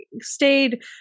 stayed